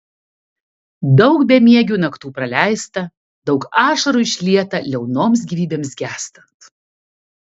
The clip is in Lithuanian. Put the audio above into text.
daug bemiegių naktų praleista daug ašarų išlieta liaunoms gyvybėms gęstant